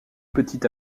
petit